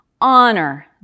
honor